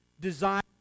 desire